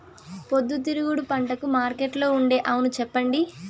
పొద్దుతిరుగుడు పంటకు మార్కెట్లో ఉండే అవును చెప్పండి?